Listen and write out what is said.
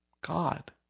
God